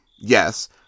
yes